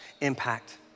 impact